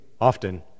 often